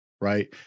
right